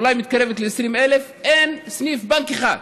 אולי מתקרבת ל-20,000, אין סניף בנק אחד.